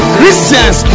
christians